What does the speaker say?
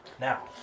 Now